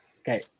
Okay